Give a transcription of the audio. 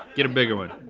get a bigger one.